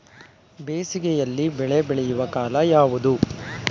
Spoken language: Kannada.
ಬೇಸಿಗೆ ಯಲ್ಲಿ ಬೆಳೆ ಬೆಳೆಯುವ ಕಾಲ ಯಾವುದು?